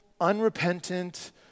unrepentant